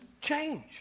change